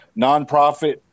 nonprofit